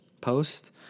post